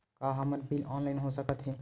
का हमर bill online हो सकत हे?